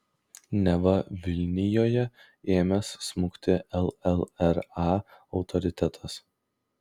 neva vilnijoje ėmęs smukti llra autoritetas